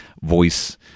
voice